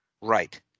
right